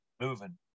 moving